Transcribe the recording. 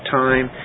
time